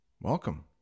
welcome